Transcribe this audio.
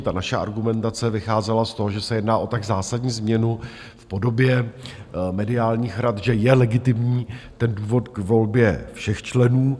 Ta naše argumentace vycházela z toho, že se jedná o tak zásadní změnu v podobě mediálních rad, že je legitimní ten důvod k volbě všech členů.